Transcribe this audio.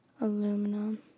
Aluminum